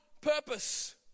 purpose